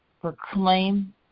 proclaim